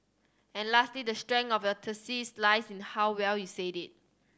and lastly the strength of your thesis lies in how well you said it